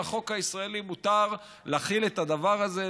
לחוק הישראלי מותר להחיל את הדבר הזה,